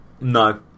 No